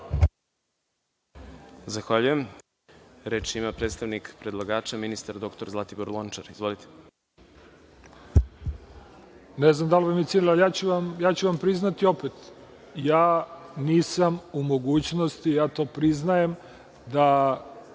Zahvaljujem. Reč ima predstavnik predlagača, ministar dr Zlatibor Lončar. Izvolite. **Zlatibor Lončar** Ne znam da li vam je cilj, ali ja ću vam priznati opet, ja nisam u mogućnosti, ja to priznajem, da